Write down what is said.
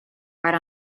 right